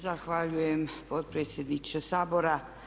Zahvaljujem potpredsjedniče Sabora.